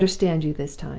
i understand you this time.